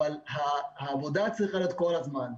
אבל העבודה צריכה להיות כל הזמן.